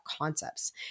concepts